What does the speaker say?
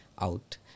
out